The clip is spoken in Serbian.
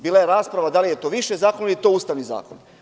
Bila je rasprava da li je to više zakona ili je to ustavni zakon?